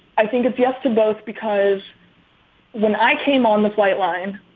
i think it's yes to both because when i came on the flight line.